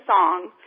song